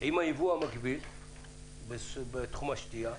עם הייבוא המקביל בתחום השתייה,